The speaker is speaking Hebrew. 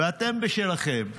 ואתם בשלכם.